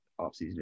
offseason